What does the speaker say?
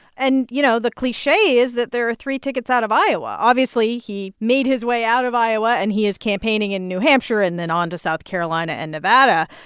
and, you know, the cliche is that there are three tickets out of iowa. obviously, he made his way out of iowa, and he is campaigning in new hampshire and then on to south carolina and nevada.